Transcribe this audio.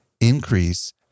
increase